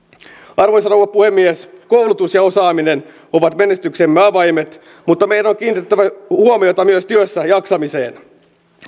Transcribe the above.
arvoisa rouva puhemies koulutus ja osaaminen ovat menestyksemme avaimet mutta meidän on kiinnitettävä huomiota myös työssäjaksamiseen